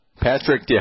Patrick